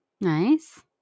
Nice